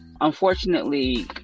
unfortunately